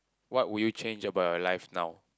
what would you change about your life now